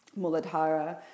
Muladhara